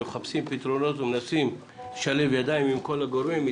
מחפשים פתרונות ומנסים לשלב ידיים עם כל הגורמים,